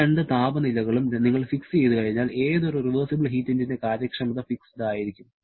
ഈ രണ്ട് താപനിലകളും നിങ്ങൾ ഫിക്സ് ചെയ്തുകഴിഞ്ഞാൽ ഏതൊരു റിവേഴ്സിബിൾ ഹീറ്റ് എഞ്ചിന്റെ കാര്യക്ഷമത ഫിക്സഡ് ആയിരിക്കും